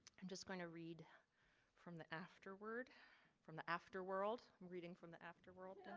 i'm just going to read from the afterword from the afterworld reading from the afterworld.